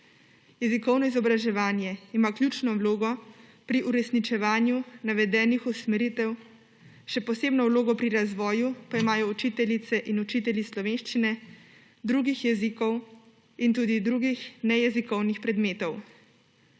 Jezikovno izobraževanje ima ključno vlogo pri uresničevanju navedenih usmeritev, še posebno vlogo pri razvoju pa imajo učiteljice in učitelji slovenščine, drugih jezikov in tudi drugih nejezikovnih predmetov.